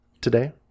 today